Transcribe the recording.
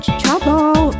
trouble